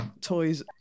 toys